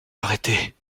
arrêter